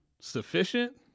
sufficient